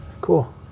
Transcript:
Cool